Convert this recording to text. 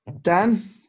Dan